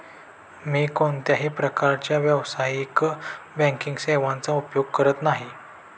मी कोणत्याही प्रकारच्या व्यावसायिक बँकिंग सेवांचा उपयोग करत नाही